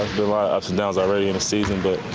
a lot of snow is already in the seasonable.